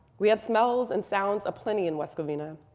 we had smells and sounds a plenty in west covina.